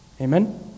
Amen